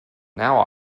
now